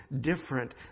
different